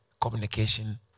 communication